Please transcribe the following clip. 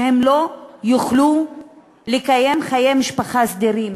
שהם לא יוכלו לקיים חיי משפחה סדירים.